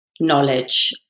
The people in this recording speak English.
knowledge